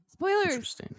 Spoilers